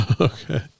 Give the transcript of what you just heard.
Okay